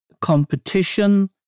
Competition